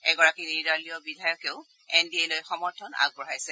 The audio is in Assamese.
এগৰাকী নিৰ্দলীয় বিধায়কেও এন ডি এ লৈ সমৰ্থন আগবঢ়াইছে